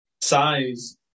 size